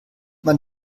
man